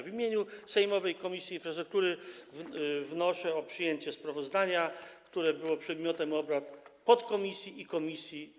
W imieniu sejmowej Komisji Infrastruktury wnoszę o przyjęcie sprawozdania, które było przedmiotem obrad podkomisji i komisji.